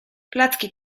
placki